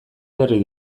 berri